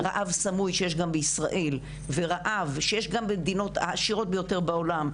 רעב סמוי שיש גם בישראל ורעב שיש גם במדינות העשירות ביותר בעולם,